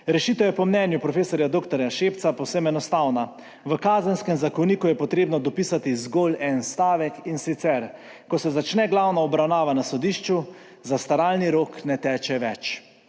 Rešitev je po mnenju prof. dr. Šepca povsem enostavna – v Kazenskem zakoniku je potrebno dopisati zgolj en stavek, in sicer: »Ko se začne glavna obravnava na sodišču, zastaralni rok ne teče več.«